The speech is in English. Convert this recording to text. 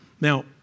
Now